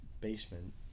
basement